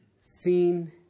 seen